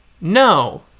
No